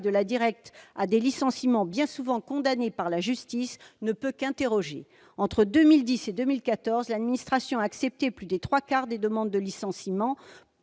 des DIRECCTE à des licenciements bien souvent condamnés par la justice ne peut qu'interroger ! Entre 2010 et 2014, l'administration a accepté plus des trois quarts, près de 77 %, des demandes de licenciement,